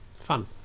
Fun